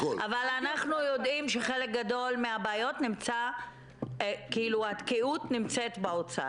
אבל אנחנו יודעים שחלק גדול מהבעיות והתקיעות נמצאת באוצר.